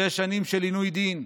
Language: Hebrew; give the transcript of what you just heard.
שש שנים של עינוי דין,